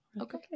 okay